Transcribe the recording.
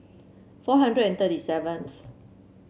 four hundred and thirty seventh